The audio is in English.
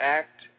act